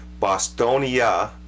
Bostonia